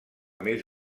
més